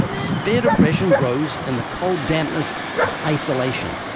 severe depression grows in the cold dampness of isolation.